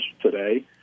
today